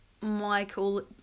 Michael